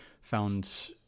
found